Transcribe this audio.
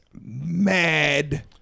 mad